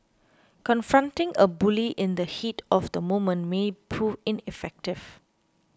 confronting a bully in the heat of the moment may prove ineffective